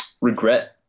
regret